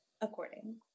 according